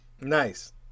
Nice